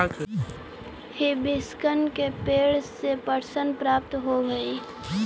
hibiscus के पेंड़ से पटसन प्राप्त होव हई